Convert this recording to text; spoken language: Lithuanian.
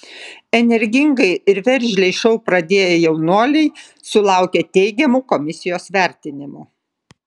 energingai ir veržliai šou pradėję jaunuoliai sulaukė teigiamų komisijos vertinimų